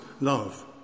love